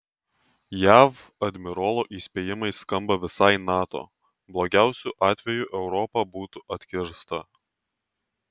jav admirolo įspėjimai skamba visai nato blogiausiu atveju europa būtų atkirsta